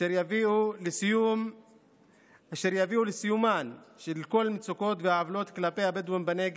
אשר יביאו לסיומן של כל המצוקות והעוולות כלפי הבדואים בנגב,